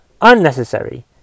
unnecessary